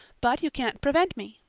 but you can't prevent me.